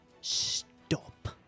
stop